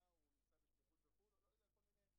המיוחד הזה גם בצפון וגם נגד אלימות בקרב נשים אמרנו.